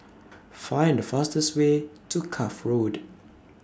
Find The fastest Way to Cuff Road